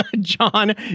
John